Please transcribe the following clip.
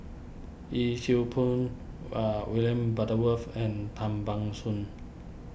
Yee Siew Pun Are William Butterworth and Tan Ban Soon